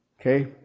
Okay